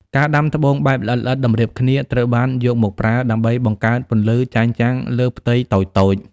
ការដាំត្បូងបែប ល្អិតៗតម្រៀបគ្នា ត្រូវបានយកមកប្រើដើម្បីបង្កើតពន្លឺចែងចាំងលើផ្ទៃតូចៗ។